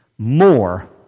More